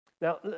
Now